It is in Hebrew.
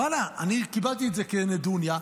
ואללה, קיבלתי את זה כנדוניה.